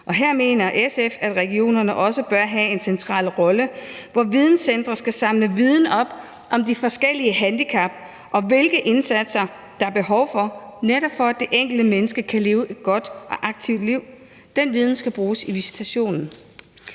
Her mener SF, at regionerne også bør have en central rolle, hvor videncentre skal samle viden om de forskellige handicap, og hvilke indsatser der er behov for, for at det enkelte menneske netop kan leve et godt og aktivt liv. Den viden skal bruges i visitationen.